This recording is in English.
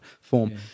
form